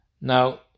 Now